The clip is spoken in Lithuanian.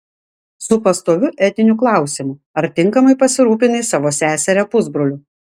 su pastoviu etiniu klausimu ar tinkamai pasirūpinai savo seseria pusbroliu